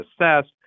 assessed